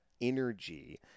energy